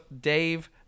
Dave